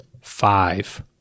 Five